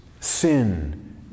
Sin